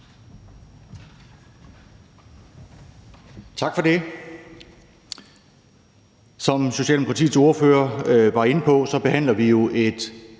Tak for det. Som Socialdemokratiets ordfører var inde på, behandler vi et